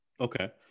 Okay